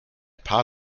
paar